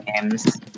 games